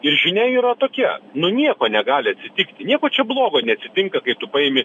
ir žinia yra tokia nu nieko negali atsitikti nieko čia blogo neatsitinka kai tu paimi